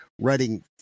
writing